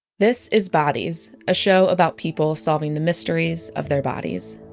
this is bodies, a show about people solving the mysteries of their bodies.